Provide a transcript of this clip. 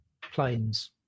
planes